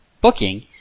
booking